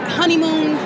honeymoon